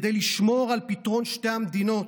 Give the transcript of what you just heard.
כדי לשמור על פתרון שתי המדינות.